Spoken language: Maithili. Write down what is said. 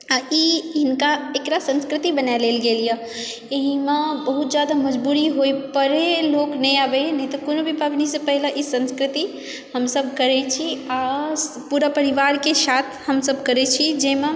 आओर ई हिनका एकरा संस्कृति बना लेल गेलै एहिमे बहुत जादा मजबूरी होबैपर ही लोक नहि आबैए नहि तऽ कोनो भी पाबनिसँ पहिने ई संस्कृति हमसब करैत छी आओर पूरा परिवारके साथ हमसब करैत छी जाहिमे